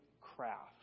craft